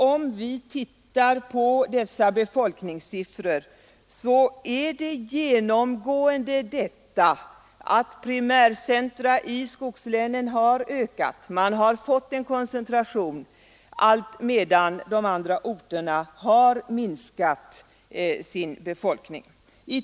Om vi tittar på befolkningssiffrorna så finner vi genomgående att primärcentra i skogslänen har ökat — det har skett en koncentration dit — medan de övriga orterna har minskat sin befolkning.